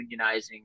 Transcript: unionizing